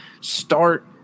start –